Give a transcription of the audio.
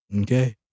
Okay